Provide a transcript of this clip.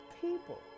people